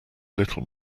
little